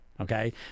Okay